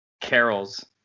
carols